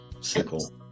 sickle